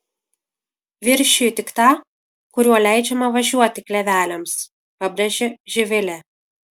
viršiju tik tą kuriuo leidžiama važiuoti kleveliams pabrėžė živilė